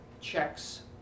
checks